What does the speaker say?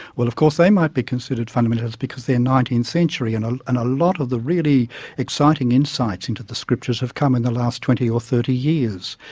well of course they might be considered fundamentalists because they're nineteenth century and ah and a lot of the really exciting insights into the scriptures have come in the last twenty or thirty years.